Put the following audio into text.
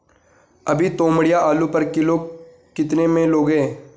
अभी तोमड़िया आलू पर किलो कितने में लोगे?